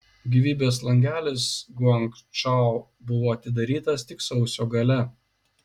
gyvybės langelis guangdžou buvo atidarytas tik sausio gale